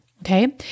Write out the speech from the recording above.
Okay